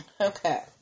Okay